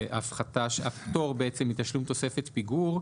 הפטור מתשלום תוספת פיגור.